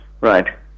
right